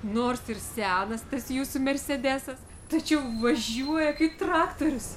nors ir senas tas jūsų mersedesas tačiau važiuoja kaip traktorius